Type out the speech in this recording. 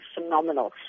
phenomenal